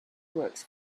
works